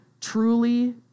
truly